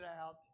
out